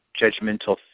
judgmental